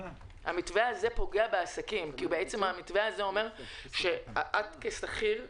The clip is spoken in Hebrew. המתווה הזה פוגע בעסקים כי הוא אומר שאת כשכירה